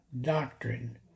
doctrine